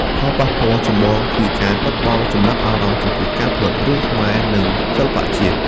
ផលប៉ះពាល់ចម្បងគឺការបាត់បង់ចំណាប់អារម្មណ៍ចំពោះការផលិតរឿងខ្មែរនិងសិល្បៈជាតិ។